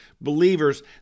believers